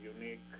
unique